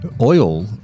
oil